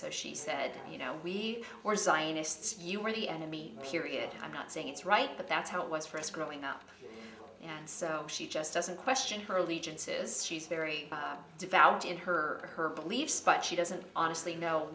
so she said you know we or zionists you are the enemy period i'm not saying it's right but that's how it was for us growing up and so she just doesn't question her allegiances she's very devout in her her beliefs but she doesn't honestly know